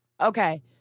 Okay